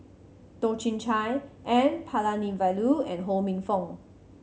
Toh Chin Chye N Palanivelu and Ho Minfong